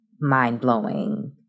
mind-blowing